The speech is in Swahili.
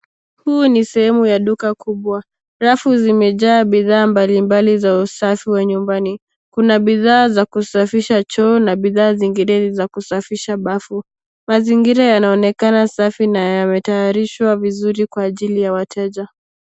Huu ni sehemu ya duka kubwa. Rafu zimejaa bidhaa mbali mbali za usafi wa nyumbani. Kuna bidhaa za kusafisha choo na bidhaa zingine ni za kusafisha bafu. Mazingira yanaonekana safi na yametayarishwa vizuri kwa ajili ya wateja.